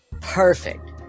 perfect